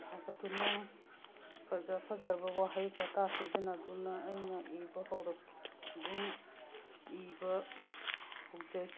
ꯁꯥꯒꯠꯇꯨꯅ ꯐꯖ ꯐꯖꯔꯕ ꯋꯥꯍꯩ ꯋꯥꯇꯥ ꯁꯤꯖꯤꯟꯅꯗꯨꯅ ꯑꯩꯅ ꯏꯕ ꯑꯗꯨꯝ ꯏꯕ ꯍꯧꯖꯩ